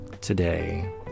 today